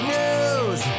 news